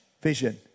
vision